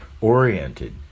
oriented